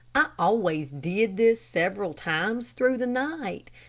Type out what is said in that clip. i always did this several times through the night,